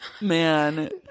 man